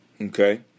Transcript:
okay